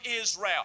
Israel